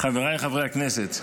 חבריי חברי הכנסת,